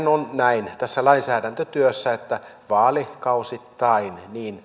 on tässä lainsäädäntötyössä näin että vaalikausittain